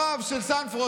הרב של סנפרוסט,